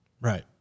Right